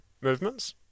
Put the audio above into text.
movements